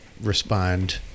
respond